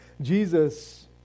Jesus